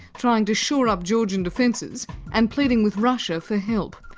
trying to shore up georgian defences and pleading with russia for help.